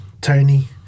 Tony